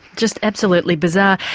just absolutely bizarre.